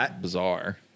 bizarre